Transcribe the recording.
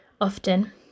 often